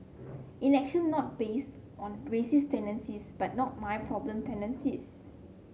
inaction not based on racist tendencies but 'not my problem' tendencies